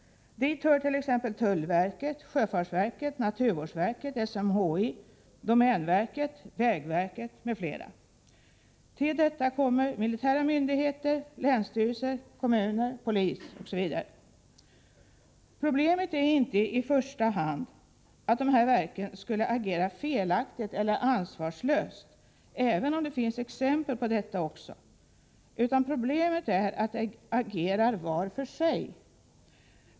Dit hör tullverket, sjöfartsverket, naturvårdsverket, SMHI, domänverket, vägverket m.fl. Till detta kommer militära myndigheter, länsstyrelser, kommuner, polis osv. Problemet är inte i första hand att dessa verk skulle agera felaktigt eller ansvarslöst — även om det finns exempel på detta också — utan att de agerar var för sig.